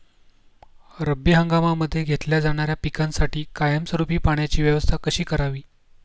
रब्बी हंगामामध्ये घेतल्या जाणाऱ्या पिकांसाठी कायमस्वरूपी पाण्याची व्यवस्था कशी करावी?